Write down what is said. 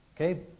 Okay